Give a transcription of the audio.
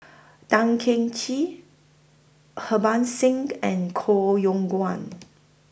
Tan Cheng Kee Harbans Singh and Koh Yong Guan